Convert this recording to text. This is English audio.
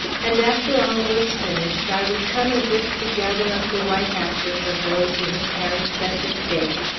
and, after all was finished, i would come as if to gather up the white ashes of those who had perished at the stake,